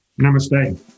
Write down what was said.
namaste